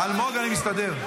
אלמוג, אני מסתדר.